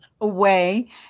away